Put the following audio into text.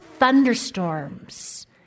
thunderstorms